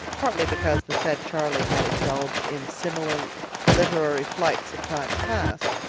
partly because the said charlie had indulged in similar literary flights in times past,